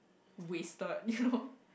wasted you know